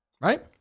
Right